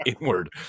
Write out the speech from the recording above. inward